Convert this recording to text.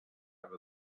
have